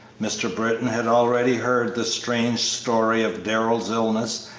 mr. britton had already heard the strange story of darrell's illness,